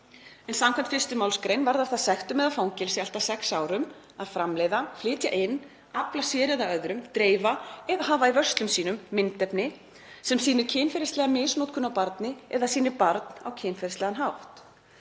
en skv. 1. mgr. varðar það sektum eða fangelsi allt að 6 árum að framleiða, flytja inn, afla sér eða öðrum, dreifa eða hafa í vörslum sínum myndefni sem sýnir kynferðislega misnotkun á barni eða sýnir barn á kynferðislegan hátt.